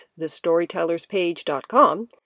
thestorytellerspage.com